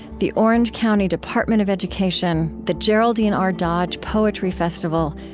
the orange county department of education, the geraldine r. dodge poetry festival,